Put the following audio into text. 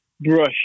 brush